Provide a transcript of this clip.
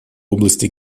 области